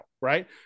right